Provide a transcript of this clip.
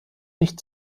nicht